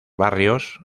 barrios